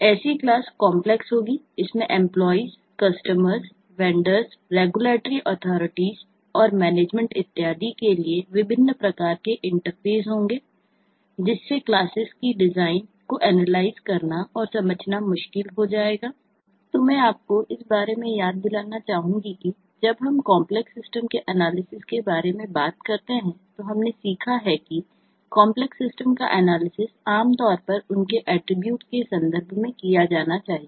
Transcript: ऐसी क्लास के संदर्भ में किया जाना चाहिए